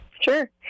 Sure